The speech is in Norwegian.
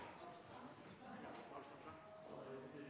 Jeg må bare